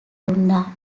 luanda